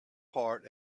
part